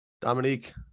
Dominique